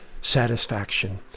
satisfaction